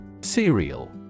Cereal